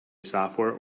software